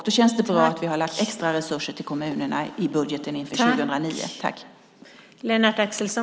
Då känns det bra att vi har lagt extra resurser till kommunerna i 2009 års budget.